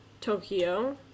Tokyo